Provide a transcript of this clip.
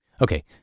Okay